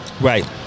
Right